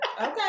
Okay